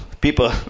people